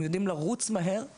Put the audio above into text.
הם יודעים לרוץ מהר,